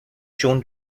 shown